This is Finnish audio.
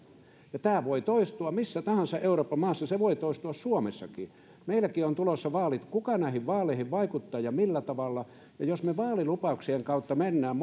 tämä voi toistua missä tahansa euroopan maassa se voi toistua suomessakin meilläkin on tulossa vaalit kuka näihin vaaleihin vaikuttaa ja millä tavalla ja jos me vaalilupauksien kautta menemme